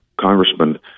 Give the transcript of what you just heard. congressman